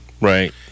Right